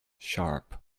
sharp